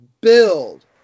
build